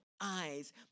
eyes